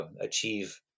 achieve